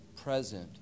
present